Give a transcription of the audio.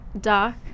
doc